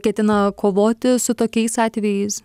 ketina kovoti su tokiais atvejais